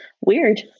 weird